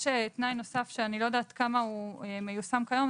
יש תנאי נוסף שאני לא יודעת כמה הוא מיושם כיום,